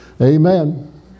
Amen